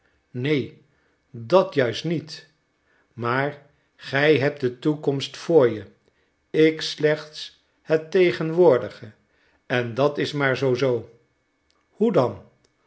neen dat juist niet maar gij hebt de toekomst voor je ik slechts het tegenwoordige en dat is maar zoo zoo hoe dan